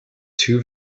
two